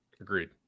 Agreed